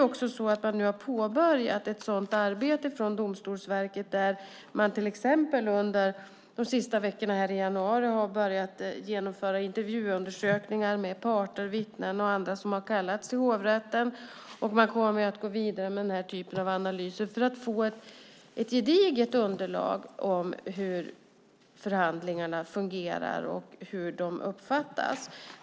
Domstolsverket har också påbörjat ett sådant arbete, och under de sista veckorna i januari har man börjat genomföra intervjuundersökningar med parter, vittnen och andra som har kallats till hovrätten. Man kommer att gå vidare med denna typ analys för att få ett gediget underlag om hur förhandlingarna fungerar och hur de uppfattas.